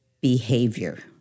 behavior